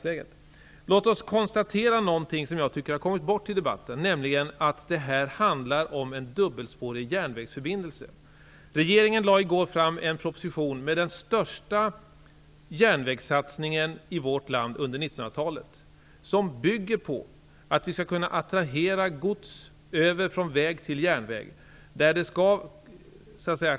Låt oss konstatera något som jag tycker har kommit bort i debatten, nämligen att det här handlar om en dubbelspårig järnvägsförbindelse. Regeringen lade i går fram en proposition med den största järnvägssatsningen i vårt land under 1900-talet. Vårt förslag bygger på att vi skall kunna attrahera godstransporter från väg över till järnväg.